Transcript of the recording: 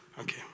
Okay